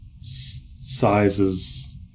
sizes